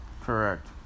Correct